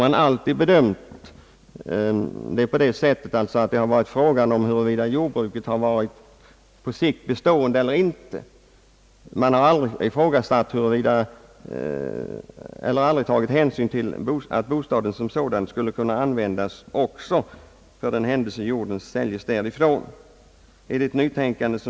Man har alltid tagit hänsyn till om jordbruket varit på sikt bestående eller inte, men man har aldrig tänkt på möjligheten att bostaden som sådan skulle kunna användas också om jorden såldes.